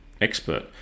expert